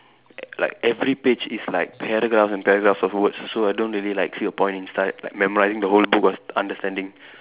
like every page is like paragraph and paragraph of words so I don't really like see a point in stu like memorising the whole book or understanding